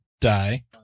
die